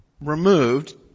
removed